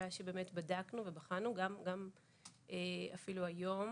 שבאמת בדקנו ובחנו גם אפילו היום,